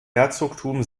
herzogtum